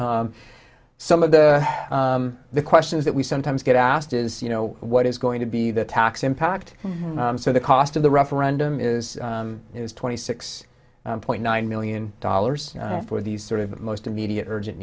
some of the the questions that we sometimes get asked is you know what is going to be the tax impact so the cost of the referendum is is twenty six point nine million dollars for these sort of most immediate urgent